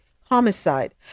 homicide